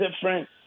different